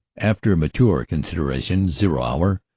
after mature consideration, zero hour,